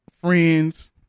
friends